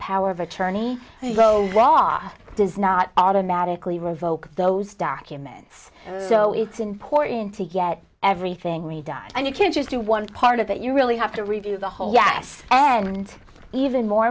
power of attorney rose law does not automatically revoke those documents so it's important to get everything done and you can't just do one part of it you really have to review the whole yes and even more